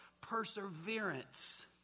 perseverance